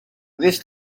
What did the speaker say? this